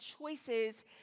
choices